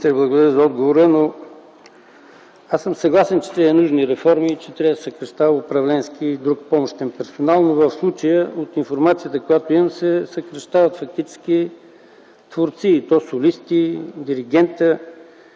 благодаря за отговора. Аз съм съгласен, че са ни нужни реформи и че трябва да се съкращава управленски и друг помощен персонал. В случая обаче от информацията, която имам, се съкращават фактически творци и то солисти, диригентът.